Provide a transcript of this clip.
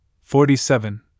forty-seven